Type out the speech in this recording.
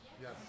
Yes